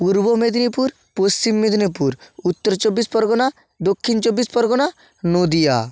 পূর্ব মেদিনীপুর পশ্চিম মেদিনীপুর উত্তর চব্বিশ পরগনা দক্ষিণ চব্বিশ পরগনা নদীয়া